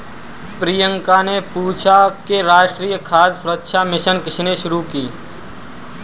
प्रियंका ने पूछा कि राष्ट्रीय खाद्य सुरक्षा मिशन किसने शुरू की?